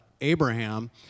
Abraham